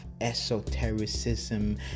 esotericism